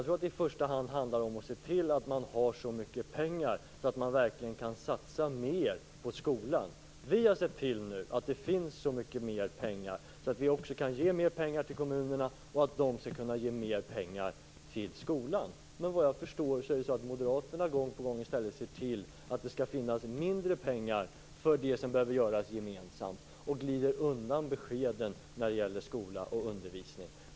I första hand handlar det om att se till att man har så mycket pengar att man verkligen kan satsa mera på skolan. Vi har nu sett till att det finns så pass mycket mer pengar att vi kan ge till kommunerna som i sin tur kan ge mer pengar till skolan. Men såvitt jag förstår vill moderaterna i stället se till att det skall finnas mindre pengar för det som behöver göras gemensamt. De glider undan beskeden om skola och undervisning.